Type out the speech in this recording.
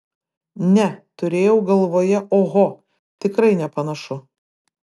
ne turėjau galvoje oho tikrai nepanašu